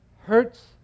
hurts